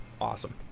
awesome